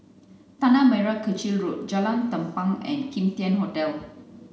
Tanah Merah Kechil Road Jalan Tampang and Kim Tian Hotel